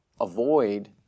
avoid